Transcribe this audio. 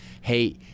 hey